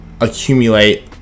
accumulate